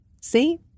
See